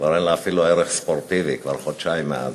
כבר אין לה אפילו ערך ספורטיבי, כבר חודשיים מאז.